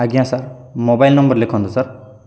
ଆଜ୍ଞା sir mobile number ଲେଖନ୍ତୁ sir